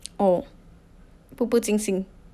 oh 步步惊心